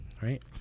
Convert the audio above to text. right